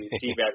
deep